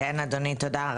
כן אדוני, תודה.